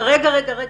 יום ורבע.